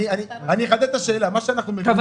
אני אחדד את השאלה --- חברים,